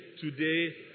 today